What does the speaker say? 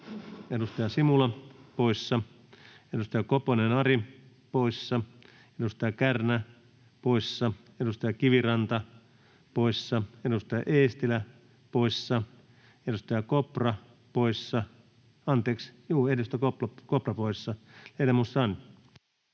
Edustaja Simula poissa, edustaja Koponen, Ari, poissa, edustaja Kärnä poissa, edustaja Kiviranta poissa, edustaja Eestilä poissa, edustaja Kopra poissa. — Ledamot Strand.